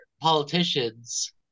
politicians